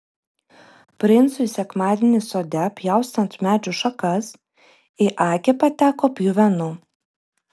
princui sekmadienį sode pjaustant medžių šakas į akį pateko pjuvenų